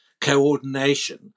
coordination